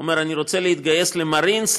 הוא אומר: אני רוצה להתגייס למארינס.